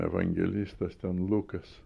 evangelistas ten lukas